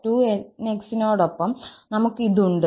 Cos2𝑛𝑥 നോടൊപ്പം നമുക് ഇത് ഉണ്ട്